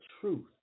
truth